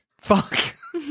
Fuck